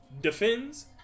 defends